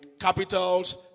capitals